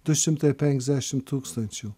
du šimtai penkiasdešim tūkstančių